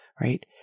right